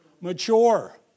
Mature